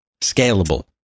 Scalable